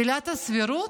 עילת הסבירות,